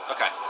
Okay